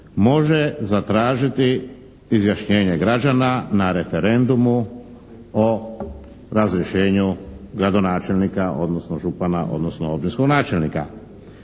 može zatražiti izjašnjenje građana na referendumu o razrješenju gradonačelnika, odnosno župana, odnosno općinskog načelnika.